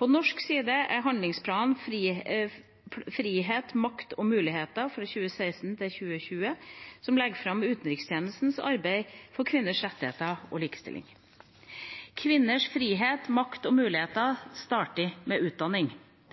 Fra norsk side er det handlingsplanen Frihet, makt og muligheter, for 2016–2020, som legger rammene for utenrikstjenestens arbeid for kvinners rettigheter og likestilling. Kvinners frihet, makt og muligheter starter med utdanning.